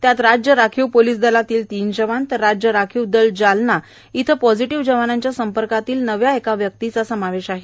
त्यात राज्य राखीव पोलीस दलातील तीन जवान तर राज्य राखीव दल जालना येथील पॉझिटिव्ह जवानाच्या संपर्कातील नव्या एका व्यक्तीचा समावेश आहे